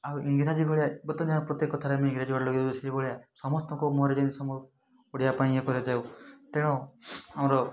ଆଉ ଇଙ୍ଗ୍ରାଜି ଭଳିଆ ପ୍ରତେକଦିନି ପ୍ରତ୍ୟେକ କଥାରେ ଆମେ ଇଙ୍ଗ୍ରାଜି ୱାର୍ଡ଼ ଲଗାଇ ସେଇଭଳିଆ ସମସ୍ତଙ୍କ ମୁହଁରେ ଯେମିତି ସବୁ ଓଡ଼ିଆ ପାଇଁ ଏପରି କରାଯାଉ ତେଣୁ ଆମର